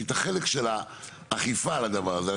כי את החלק של האכיפה על הדבר הזה,